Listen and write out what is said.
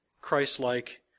Christ-like